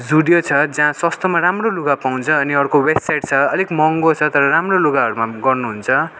Judeo छ जहाँ सस्तो राम्रो लुगा पाउँछ अनि अर्को वेस्टसाइट छ अलिक महँगो छ तर राम्रो लुगाहरूमा गर्नुहुन्छ